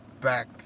back